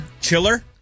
Chiller